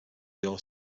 your